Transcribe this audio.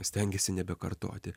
stengėsi nebekartoti